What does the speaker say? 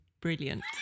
brilliant